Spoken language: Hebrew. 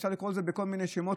אפשר לקרוא לזה בכל מיני שמות,